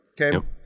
okay